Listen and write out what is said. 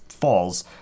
falls